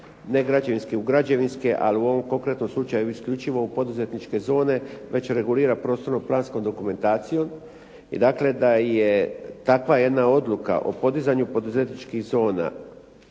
u građevinske, ili u ovom konkretnom slučaju isključivo u poduzetničke zone već je regulira prostorno planskom dokumentacijom. I dakle, da je takva jedna odluka o podizanju poduzetničkih zona